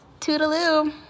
Toodaloo